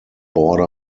border